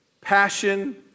passion